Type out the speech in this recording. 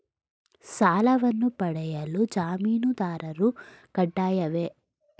ಸಾಲವನ್ನು ಪಡೆಯಲು ಜಾಮೀನುದಾರರು ಕಡ್ಡಾಯವೇ?